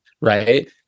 right